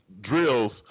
drills